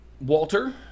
Walter